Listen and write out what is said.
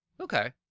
Okay